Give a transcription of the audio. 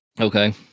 Okay